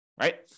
right